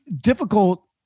difficult